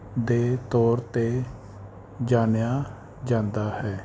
ਦੇ ਤੌਰ 'ਤੇ ਜਾਣਿਆ ਜਾਂਦਾ ਹੈ